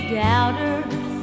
doubters